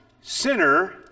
sinner